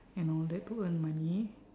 and all that to earn money